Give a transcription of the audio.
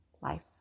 Life